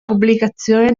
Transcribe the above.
pubblicazione